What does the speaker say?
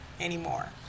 anymore